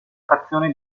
frazione